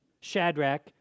Shadrach